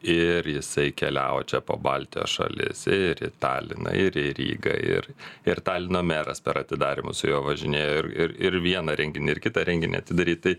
ir jisai keliavo čia po baltijos šalis ir į taliną ir į rygą ir ir talino meras per atidarymą su juo važinėjo ir ir ir vieną renginį ir kitą renginį atidaryt tai